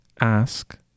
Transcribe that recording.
ask